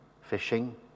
Fishing